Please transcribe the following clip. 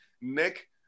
Nick